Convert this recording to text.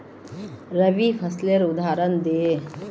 रवि फसलेर उदहारण दे?